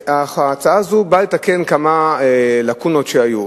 ההצעה הזאת באה לתקן כמה לקונות שהיו.